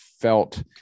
felt